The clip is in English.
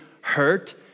hurt